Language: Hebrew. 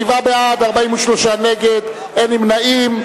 שבעה בעד, 43 נגד, אין נמנעים.